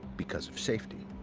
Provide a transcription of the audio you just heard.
because of safety.